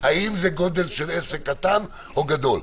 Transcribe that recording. האם גודל העסק קטן או גדול.